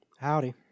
Howdy